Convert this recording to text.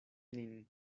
nin